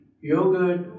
yogurt